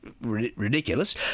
ridiculous